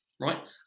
Right